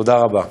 תודה רבה.